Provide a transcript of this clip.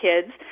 kids